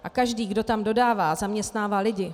A každý, kdo tam dodává, zaměstnává lidi.